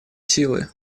силы